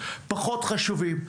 פחות חשובים,